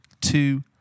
two